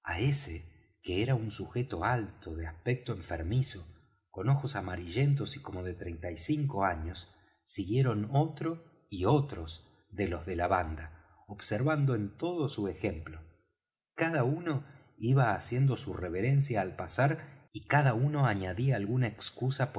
que era un sujeto alto de aspecto enfermizo con ojos amarillentos y como de treinta y cinco años siguieron otro y otros de los de la banda observando en todo su ejemplo cada uno iba haciendo su reverencia al pasar y cada uno añadía alguna excusa